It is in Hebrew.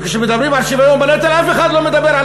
כשמדברים על שוויון בנטל אף אחד לא מדבר על